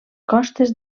costes